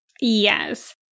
Yes